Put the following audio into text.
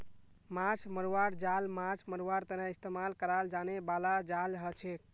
माछ मरवार जाल माछ मरवार तने इस्तेमाल कराल जाने बाला जाल हछेक